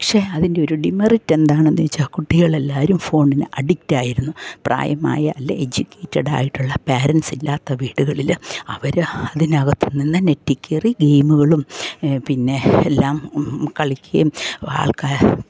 പക്ഷെ അതിൻ്റെയൊരു ഡീമെറിറ്റ് എന്താണെന്ന് വെച്ചാൽ കുട്ടികൾ എല്ലാവരും ഫോണിന് അഡിക്റ്റ് ആയിരുന്നു പ്രായമായ നല്ല എഡ്യൂക്കേറ്റഡ് ആയിട്ടുള്ള പേരൻസ് ഇല്ലാത്ത വീടുകളിൽ അവർ അതിനകത്ത് നിന്ന് നെറ്റിൽ കയറി ഗെയിമ്കളും പിന്നെ എല്ലാം കളിക്കുകയും ആൾക്കാർ